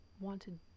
wanted